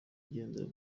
ugendera